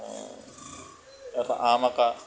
এটা আম অঁকা